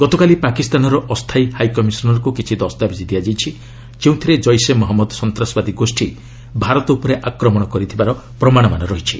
ଗତକାଲି ପାକିସ୍ତାନ ଅସ୍ଥାୟୀ ହାଇକମିଶନରଙ୍କୁ କିଛି ଦସ୍ତାବିଜ୍ ଦିଆଯାଇଛି ଯେଉଁଥିରେ ଜୈସେ ମହମ୍ମଦ ସନ୍ତାସବାଦୀ ଗୋଷ୍ଠୀ ଭାରତ ଉପରେ ଆକ୍ରମଣ କରିଥିବାର ପ୍ରମାଣ ମାନ ରହିଛି